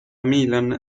milan